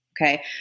Okay